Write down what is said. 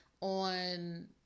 On